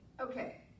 Okay